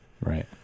right